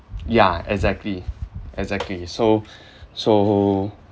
ya exactly exactly so so